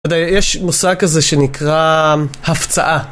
יש מושג כזה שנקרא הפצעה.